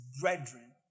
brethren